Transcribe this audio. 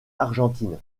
argentine